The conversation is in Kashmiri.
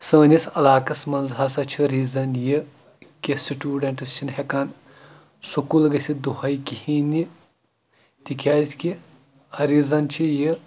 سٲنِس علاقَس منٛز ہَسا چھِ ریٖزَن یہِ کہِ سٹوٗڈَنٛٹٕس چھِنہٕ ہٮ۪کان سکوٗل گٔژھِتھ دۄہَے کِہیٖنۍ نہِ تِکیٛازِ کہِ ریٖزَن چھِ یہِ